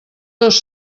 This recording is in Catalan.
dos